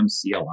CLI